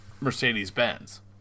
Mercedes-Benz